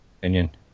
opinion